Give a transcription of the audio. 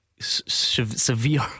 Severe